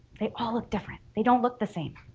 they all look different, they don't look the same.